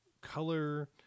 color